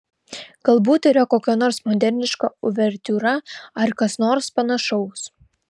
galbūt yra kokia nors moderniška uvertiūra ar kas nors panašaus